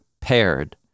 paired